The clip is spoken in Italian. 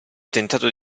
tentato